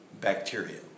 bacteria